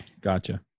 Gotcha